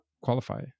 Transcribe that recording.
qualify